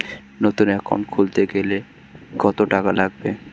নতুন একাউন্ট খুলতে গেলে কত টাকা লাগবে?